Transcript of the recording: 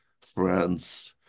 friends